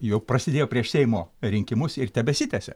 jau prasidėjo prieš seimo rinkimus ir tebesitęsia